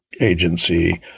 agency